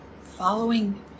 following